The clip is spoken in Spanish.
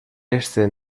este